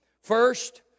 First